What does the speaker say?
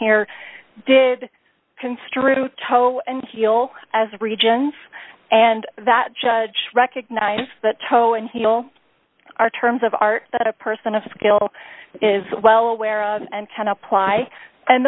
here did construe toe and heel as regions and that judge recognize that toe and heel are terms of art that a person of skill is well aware of and ten apply and